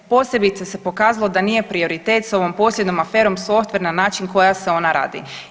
Posebice se pokazalo da nije prioritet s ovom posljednjom aferom Softver na način na koja se ona radi.